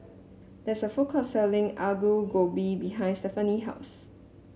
there is a food court selling Aloo Gobi behind Stephanie house